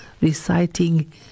reciting